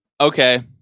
Okay